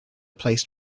placed